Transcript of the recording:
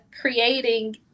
creating